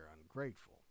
ungrateful